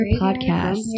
Podcast